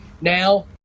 Now